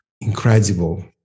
incredible